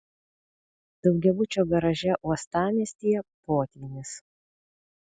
daugiabučio garaže uostamiestyje potvynis